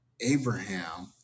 Abraham